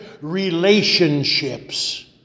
relationships